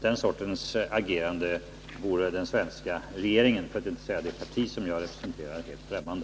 Den sortens agerande vore den svenska regeringen, för att inte säga det parti som jag representerar, helt främmande.